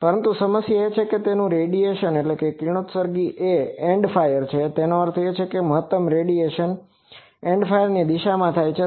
પરંતુ તેની સમસ્યા એ છે કે તેનું રેડિએશનRadiationકિરણોત્સર્ગ એ એન્ડ ફાયર છે જેનો અર્થ છે મહત્તમ રેડિએશન એન્ડ ફાયરની દિશામાં થાય છે